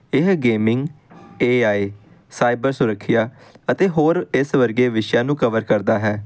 ਇਹ gaming A I cyber ਸੁਰੱਖਿਆ ਅਤੇ ਹੋਰ ਇਸ ਵਰਗੇ ਵਿਸ਼ਿਆਂ ਨੂੰ ਕਵਰ ਕਰਦਾ ਹੈ